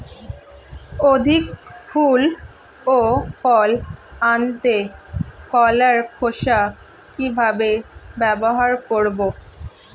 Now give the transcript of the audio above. অধিক ফুল ও ফল আনতে কলার খোসা কিভাবে ব্যবহার করব?